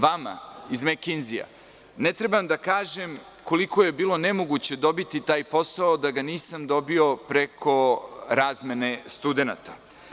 Vama iz Mekenzija ne trebam da kažem koliko je bilo nemoguće dobiti taj posao da ga nisam dobio preko razmene studenata.